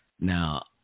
Now